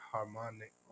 Harmonic